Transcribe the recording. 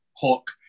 hook